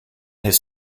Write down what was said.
his